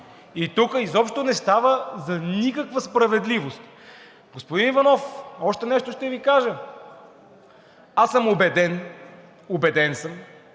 И тук изобщо не става дума за никаква справедливост! Господин Иванов, още нещо ще Ви кажа. Аз съм убеден – убеден съм,